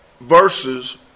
verses